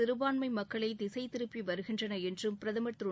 சிறுபான்மை மக்களை திசை திருப்பி வருகின்றன என்று பிரதமர் திரு